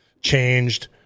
changed